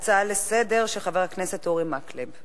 הצעה לסדר-היום של חבר הכנסת אורי מקלב.